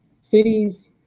Cities